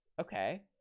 okay